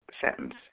sentence